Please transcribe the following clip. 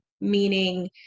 meaning